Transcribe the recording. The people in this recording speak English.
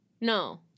No